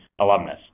alumnus